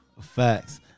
Facts